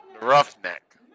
Roughneck